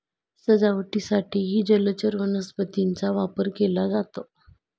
सजावटीसाठीही जलचर वनस्पतींचा वापर केला जातो